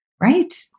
Right